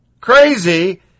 crazy